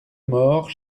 morts